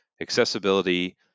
accessibility